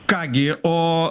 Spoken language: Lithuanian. ką gi o